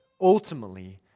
ultimately